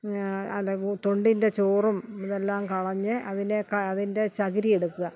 അല്ല തൊണ്ടിന്റെ ചോറും ഇതെല്ലാം കളഞ്ഞ് അതിനെ ക അതിന്റെ ചകിരി എടുക്കുക